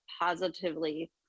positively